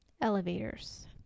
elevators